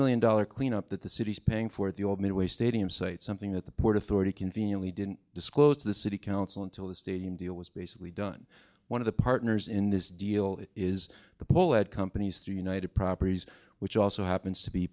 million dollar cleanup that the city's paying for the old midway stadium site something that the port authority conveniently didn't disclose to the city council until the stadium deal was basically done one of the partners in this deal is the pole at companies through united properties which also happens to be